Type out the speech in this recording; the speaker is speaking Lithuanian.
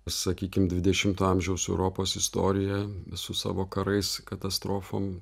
sakykim dvidešimto amžiaus europos istorija su savo karais katastrofom